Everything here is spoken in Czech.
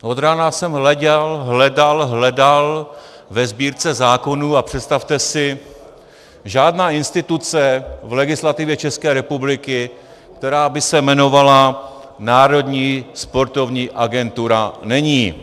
Od rána jsem hledal ve Sbírce zákonů a představte si, že žádná instituce v legislativě České republiky, která by se jmenovala Národní sportovní agentura, není.